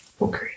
Okay